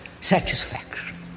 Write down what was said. satisfaction